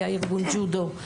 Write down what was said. היה ארגון ג'ודו,